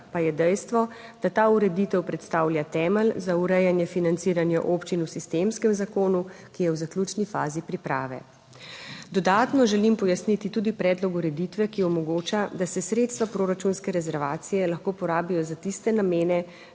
pa je dejstvo, da ta ureditev predstavlja temelj za urejanje financiranja občin v sistemskem zakonu, ki je v zaključni fazi priprave. Dodatno želim pojasniti tudi predlog ureditve, ki omogoča, da se sredstva proračunske rezervacije lahko porabijo za tiste namene,